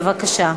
בבקשה.